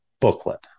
booklet